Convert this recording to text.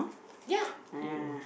ya you